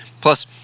plus